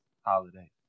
holiday